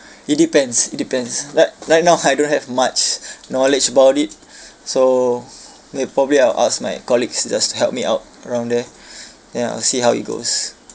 it depends it depends like right now I don't have much knowledge about it so may~ probably I'll ask my colleagues just to help me out around there then I'll see how it goes